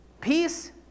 Peace